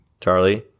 charlie